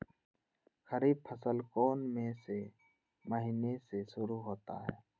खरीफ फसल कौन में से महीने से शुरू होता है?